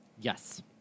Yes